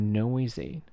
noisy